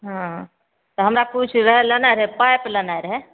हँ तऽ हमरा किछु लेनाइ रहै पाइप लेनाइ रहै